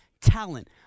talent